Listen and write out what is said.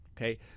okay